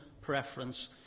preference